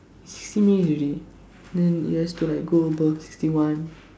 sixty minutes already then it has to like go above sixty one